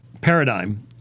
paradigm